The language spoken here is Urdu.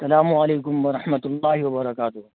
السلام علیکم و رحمة الله و برکاته